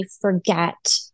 forget